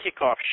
kickoff